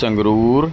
Sangrur